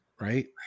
right